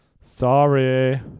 sorry